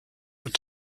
were